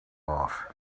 off